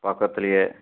பக்கத்துலையே